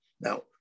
Now